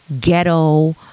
ghetto